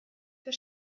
für